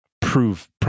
prove